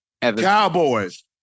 Cowboys